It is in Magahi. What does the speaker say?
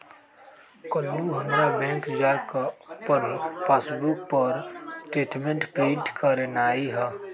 काल्हू हमरा बैंक जा कऽ अप्पन पासबुक पर स्टेटमेंट प्रिंट करेनाइ हइ